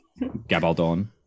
gabaldon